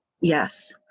Yes